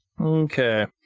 Okay